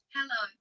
Hello